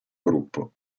gruppo